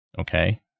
Okay